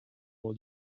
all